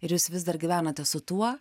ir jūs vis dar gyvenate su tuo